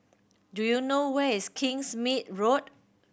do you know where is Kingsmead Road